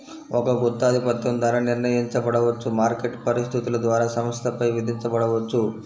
ఒక గుత్తాధిపత్యం ధర నిర్ణయించబడవచ్చు, మార్కెట్ పరిస్థితుల ద్వారా సంస్థపై విధించబడవచ్చు